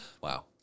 Wow